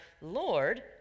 Lord